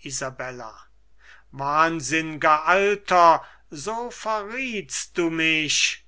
isabella wahnsinn'ger alter so verriethst du mich